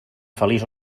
feliç